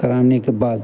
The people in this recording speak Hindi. कराने के बाद